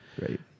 right